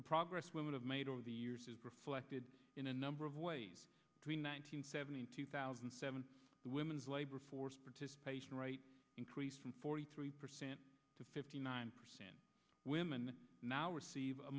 the progress women have made over the reflected in a number of ways to nine hundred seventy two thousand seven women's labor force participation rate increase from forty three percent to fifty nine percent women now receive a